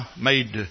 made